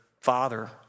Father